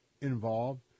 Involved